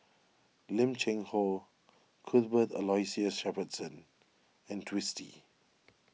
Lim Cheng Hoe Cuthbert Aloysius Shepherdson and Twisstii